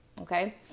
okay